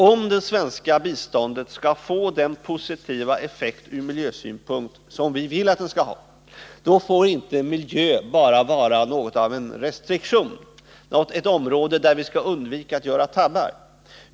Om det svenska biståndet skall få den från miljösynpunkt positiva effekt som vi vill att det skall ha, får inte miljön bara vara något av en restriktion, ett område där vi skall undvika att göra tabbar.